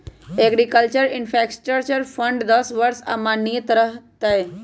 agriculture infrastructure fund दस वर्ष ला माननीय रह तय